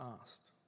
asked